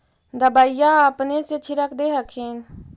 दबइया अपने से छीरक दे हखिन?